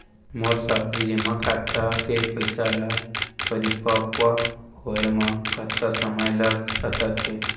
मोर सावधि जेमा खाता के पइसा ल परिपक्व होये म कतना समय लग सकत हे?